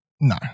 No